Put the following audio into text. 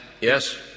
Yes